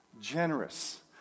Generous